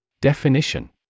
Definition